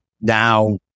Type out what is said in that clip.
now